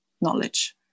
knowledge